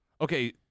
Okay